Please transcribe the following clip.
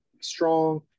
strong